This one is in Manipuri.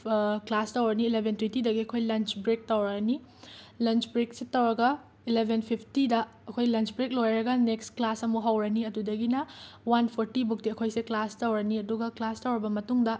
ꯀ꯭ꯂꯥꯁ ꯇꯧꯔꯅꯤ ꯏꯂꯕꯦꯟ ꯇꯣꯏꯟꯇꯤꯗꯒꯤ ꯑꯩꯈꯣꯏ ꯂꯟꯆ ꯕ꯭ꯔꯦꯛ ꯇꯧꯔꯅꯤ ꯂꯟꯆ ꯕ꯭ꯔꯦꯛꯁꯦ ꯇꯧꯔꯒ ꯏꯂꯕꯦꯟ ꯐꯤꯐꯇꯤꯗ ꯑꯩꯈꯣꯏ ꯂꯟꯆ ꯕ꯭ꯔꯦꯛ ꯂꯣꯏꯔꯒ ꯅꯦꯛꯁ ꯀ꯭ꯂꯥꯁ ꯑꯃꯨꯛ ꯍꯧꯔꯅꯤ ꯑꯗꯨꯗꯒꯤꯅ ꯋꯥꯟ ꯐꯣꯔꯇꯤꯕꯨꯛꯇꯤ ꯑꯩꯈꯣꯏꯁꯦ ꯀ꯭ꯂꯥꯁ ꯇꯧꯔꯅꯤ ꯑꯗꯨꯒ ꯀ꯭ꯂꯥꯁ ꯇꯧꯔꯕ ꯃꯇꯨꯡꯗ